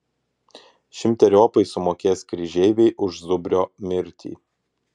šimteriopai sumokės kryžeiviai už zubrio mirtį